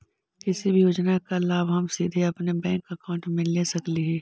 किसी भी योजना का लाभ हम सीधे अपने बैंक अकाउंट में ले सकली ही?